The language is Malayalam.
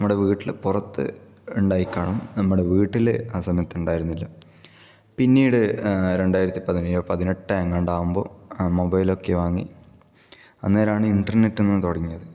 നമ്മുടെ വീട്ടില് പുറത്ത് ഉണ്ടായിക്കാണും നമ്മുടെ വീട്ടില് ആ സമയത്ത് ഉണ്ടായിരുന്നില്ല പിന്നീട് രണ്ടായിരത്തി പതിനേഴ് പതിനെട്ട് എങ്ങാണ്ടാകുമ്പോൾ മൊബൈലൊക്കെ വാങ്ങി അന്നേരമാണ് ഇന്റർനെറ്റ് എന്ന് തുടങ്ങിയത്